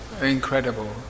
incredible